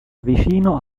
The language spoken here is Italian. vicino